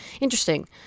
Interesting